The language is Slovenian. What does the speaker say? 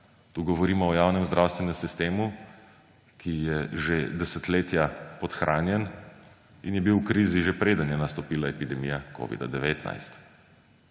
Tu govorimo o javnem zdravstvenem sistemu, ki je že desetletja podhranjen in je bil v krizi že, preden je nastopila epidemija covida-19.